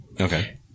okay